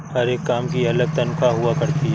हर एक काम की अलग तन्ख्वाह हुआ करती है